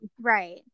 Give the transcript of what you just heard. Right